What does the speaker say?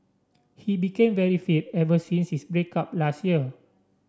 he became very fit ever since his break up last year